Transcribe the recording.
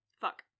fuck